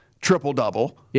triple-double